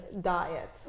diet